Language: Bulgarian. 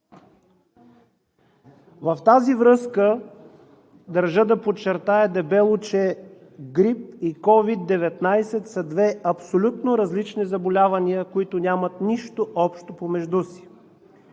В тази връзка държа да подчертая дебело, че грип и COVID-19 са две абсолютно различни заболявания, които нямат нищо общо помежду си,